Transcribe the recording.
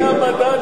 זה המדד?